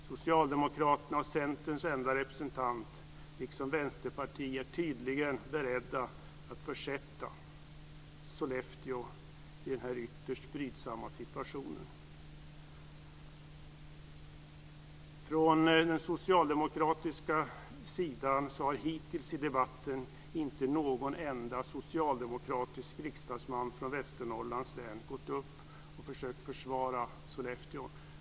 Socialdemokraterna och Centerns enda representant liksom Vänsterpartiet är tydligen beredda att försätta Sollefteå i denna ytterst brydsamma situation. Från den socialdemokratiska sidan har hittills i debatten inte någon enda socialdemokratisk riksdagsman från Västernorrlands län gått upp och försökt försvara Sollefteå.